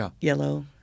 yellow